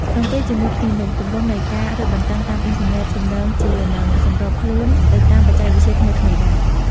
ក្នុងពេលជាមួយគ្នានោះ ទម្រង់នៃការរឹតបន្ដឹងតាមអុីនធើណេតទំនងជានឹងសម្របខ្លួនទៅតាមបច្ចេកវិទ្យាថ្មីៗដែរ។